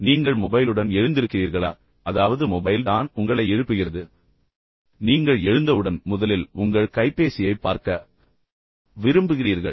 பின்னர் நீங்கள் உங்கள் மொபைலுடன் எழுந்திருக்கிறீர்களா அதாவது மொபைல் தான் உங்களை எழுப்புகிறது மற்றும் நீங்கள் எழுந்தவுடன் முதலில் உங்கள் கைபேசியைப் பார்க்க விரும்புகிறீர்கள்